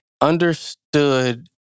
understood